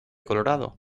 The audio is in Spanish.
colorado